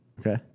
Okay